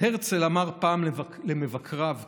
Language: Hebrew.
הרצל אמר פעם למבקריו כך: